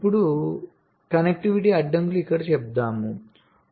ఇప్పుడు కనెక్టివిటీ అడ్డంకులు ఇక్కడ చెప్పండి